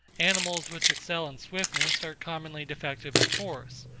animals which excel in swiftness are commonly defective in force.